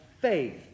faith